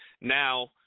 now